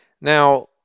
Now